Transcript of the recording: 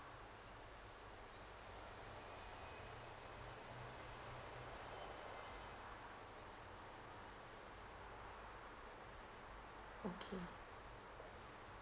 okay